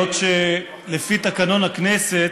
היות שלפי תקנון הכנסת,